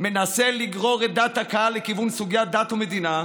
מנסה לגרור את דעת הקהל לכיוון סוגיית דת ומדינה,